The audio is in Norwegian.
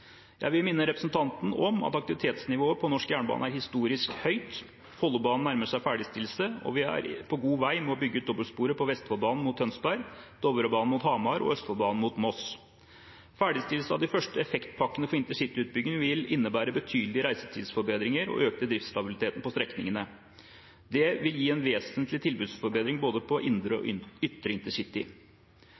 Jeg vil minne representanten om at aktivitetsnivået på norsk jernbane er historisk høyt. Follobanen nærmer seg ferdigstillelse, og vi er på god vei med å bygge ut dobbeltsporet på Vestfoldbanen mot Tønsberg, Dovrebanen mot Hamar og Østfoldbanen mot Moss. Ferdigstillelse av de første effektpakkene for intercityutbyggingen vil innebære betydelige reisetidsforbedringer og øke driftsstabiliteten på strekningene. Det vil gi en vesentlig tilbudsforbedring på både indre og ytre intercity.